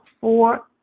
four